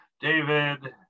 David